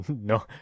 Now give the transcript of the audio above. No